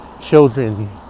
children